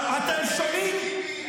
אמרת משהו על "הבוגד" ביבי?